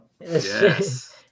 Yes